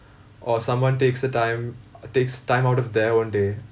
or someone takes the time uh takes time out of their own day